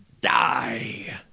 die